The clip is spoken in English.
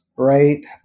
Right